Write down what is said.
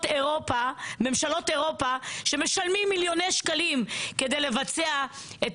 אירופה שמשלמים מיליוני שקלים כדי לבצע את